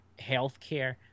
healthcare